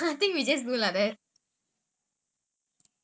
hello okay can